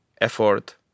effort